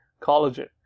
collagen